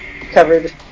covered